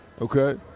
okay